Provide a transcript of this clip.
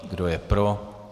Kdo je pro?